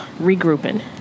regrouping